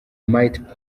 mighty